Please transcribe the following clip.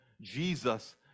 Jesus